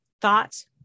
thoughts